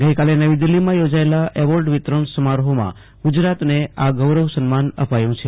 ગઈકાલે નવી દિલ્ફીમાં યોજાયેલા એવોર્ડ વિતરણ સમારોહમાં ગુજરાતને આ ગૌરવ સન્માન અપાયુ છે